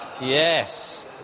Yes